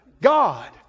God